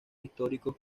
históricos